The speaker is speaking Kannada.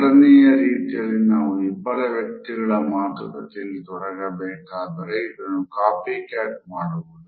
ಎರಡನೆಯ ರೀತಿಯಲ್ಲಿ ನಾವು ಇಬ್ಬರು ವ್ಯಕ್ತಿಗಳ ಮಾತುಕತೆಯಲ್ಲಿ ತೊಡಗಬೇಕಾ್ದಾರೆ ಅದನ್ನು ಕಾಪಿಕ್ಯಾಟ್ ಮಾಡುವುದು